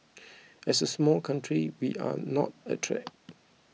as a small country we are not a threat